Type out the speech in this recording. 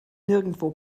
nirgendwo